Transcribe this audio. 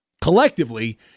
Collectively